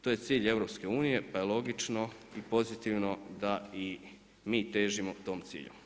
To je cilj EU, pa je logično i pozitivno da i mi težimo tom cilju.